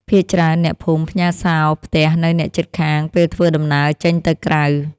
ភាគច្រើនអ្នកភូមិផ្ញើរសោផ្ទះនៅអ្នកជិតខាងពេលធ្វើដំណើរចេញទៅក្រៅ។